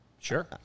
Sure